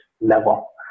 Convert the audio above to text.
level